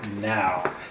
now